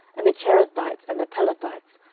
and the cherethites, and the pelethites,